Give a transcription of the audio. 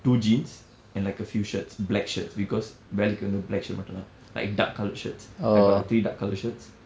two jeans and like a few shirts black shirts because வேலைக்கு வந்து:velaikku vandthu black shirt மட்டும் தான்:mattum thaan like dark colored shirt I got like three dark color shirts